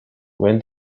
when